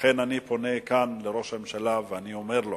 לכן, אני פונה מכאן אל ראש הממשלה ואני אומר לו